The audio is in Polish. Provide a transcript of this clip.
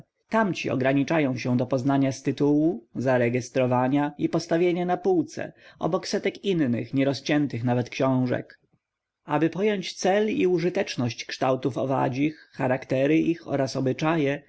ręce tamci ograniczają się do poznania z tytułu zaregestrowania i postawienia na półce obok setek innych nierozciętych nawet książek aby pojąć cel i użyteczność kształtów owadzich charaktery ich oraz obyczaje